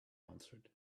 answered